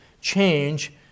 change